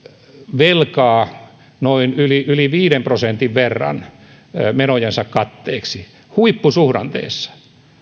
velkaa yli yli viiden prosentin verran menojensa katteeksi huippusuhdanteessa